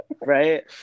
right